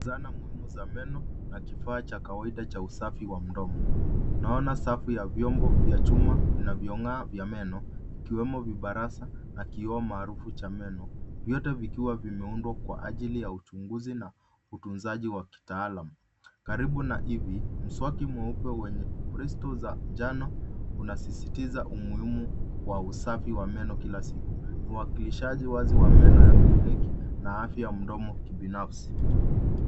Zana muhimu za meno na kifaa cha kawaida cha usafi wa mdomo. Naona safu ya vyombo vya chuma vinavyong'aa vya meno vikiwemo barasa na kioo maarufu cha meno. Vyote vikiwa vimeundwa kwa ajili ya uchunguzi na utunzaji wa kitaalam. Karibu na hivi, mswaki mweupe wenye bristles za njano unasisitiza umuhimu wa usafi wa meno kila siku. Uwakilishaji wazi wa meno ya kliniki na afya ya mdomo kibinafsi